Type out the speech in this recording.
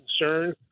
concern